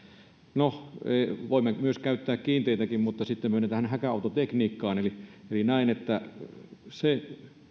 no voimme myös käyttää kiinteitäkin mutta sitten mennään tähän häkäautotekniikkaan eli näen että se